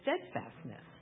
steadfastness